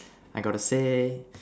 I got to say